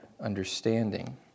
understanding